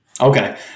Okay